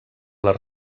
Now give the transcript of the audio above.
les